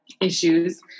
issues